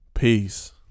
Peace